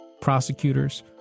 prosecutors